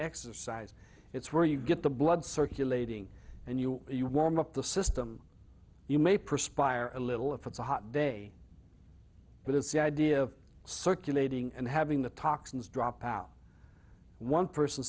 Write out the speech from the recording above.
exercise it's where you get the blood circulating and you you warm up the system you may perspire a little if it's a hot day but it's the idea of circulating and having the toxins drop out one person